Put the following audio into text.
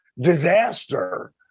disaster